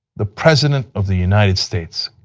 the president of the united states.